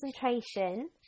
concentration